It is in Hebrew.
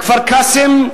בכפר-קאסם,